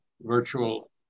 Virtual